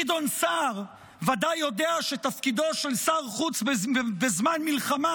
גדעון סער ודאי יודע שתפקידו של שר חוץ בזמן מלחמה